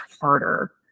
harder